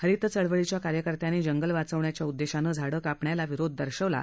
हरित चळवळीच्या कार्यकर्त्यांनी जंगल वाचवण्याच्या उद्देशाने झाडं कापण्याला विरोध दर्शवला आहे